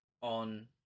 on